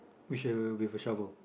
with a with a shovel